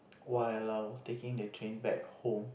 while I was taking the train back home